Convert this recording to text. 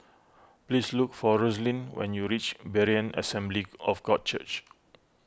please look for Roslyn when you reach Berean Assembly of God Church